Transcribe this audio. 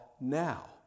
now